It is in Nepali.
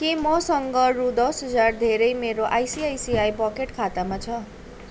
के मसँग रु दस हजार धेरै मेरो आइसिआइसिआई पकेट खातामा छ